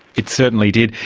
it certainly did.